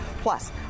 Plus